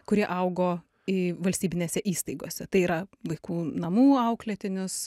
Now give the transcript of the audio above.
kurie augo i valstybinėse įstaigose tai yra vaikų namų auklėtinius